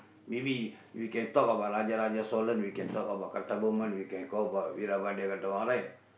maybe you can talk about Raja Raja Cholan we can talk about Kattabomman we can talk about Veerapandiya Kattabomman right